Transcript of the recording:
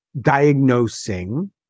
diagnosing